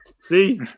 See